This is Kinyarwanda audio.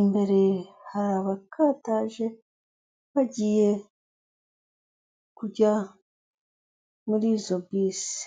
imbere hari abakataje, bagiye kujya muri izo bisi.